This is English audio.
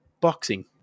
boxing